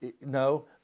No